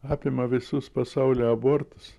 apima visus pasaulio abortus